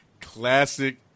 classic